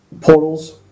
portals